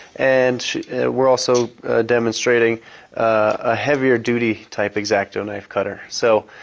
and we are also demonstrating a heavier duty type x-acto knife cutter. so,